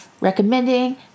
recommending